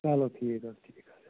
چلو ٹھیٖک حظ ٹھیٖک حظ